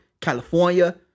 California